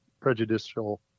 prejudicial